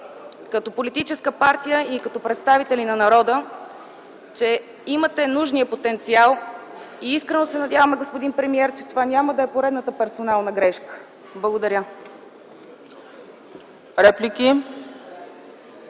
като политическа партия и като представители на народа, че имате нужния потенциал и искрено се надяваме, господин премиер, че това няма да е поредната персонална грешка. Благодаря.